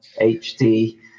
HD